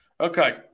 Okay